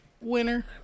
Winner